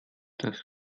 das